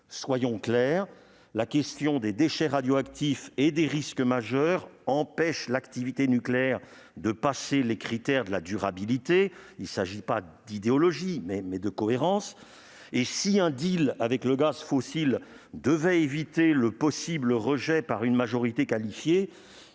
Soyons clairs : la question des déchets radioactifs et des risques majeurs empêche l'activité nucléaire de satisfaire aux critères de la durabilité ; il ne s'agit pas d'idéologie, mais de cohérence ! Et si un «» incluant le gaz fossile devait éviter le possible rejet par une majorité qualifiée,